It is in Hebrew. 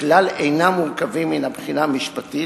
שכלל אינם מורכבים מן הבחינה המשפטית,